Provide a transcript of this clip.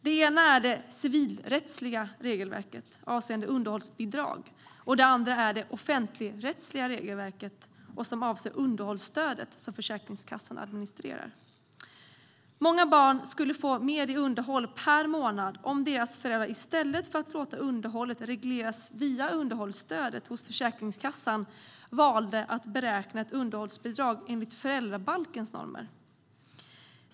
Det ena är det civilrättsliga regelverket, som avser underhållsbidrag, och det andra är det offentligrättsliga regelverket, som avser underhållsstödet som Försäkringskassan administrerar. Många barn skulle få mer i underhåll per månad om deras föräldrar i stället för att låta underhållet regleras via underhållsstödet hos Försäkringskassan valde att beräkna ett underhållsbidrag enligt föräldrabalkens normer.